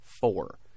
four